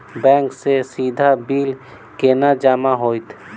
Bank सँ सीधा bill केना जमा होइत?